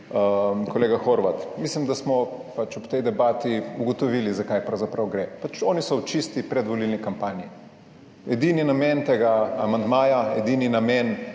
kolega Horvat. Mislim, da smo ob tej debati ugotovili, za kaj pravzaprav gre. Oni so pač v čisti predvolilni kampanji. Edini namen tega amandmaja, edini namen